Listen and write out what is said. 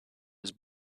was